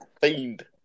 Fiend